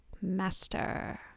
Master